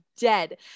dead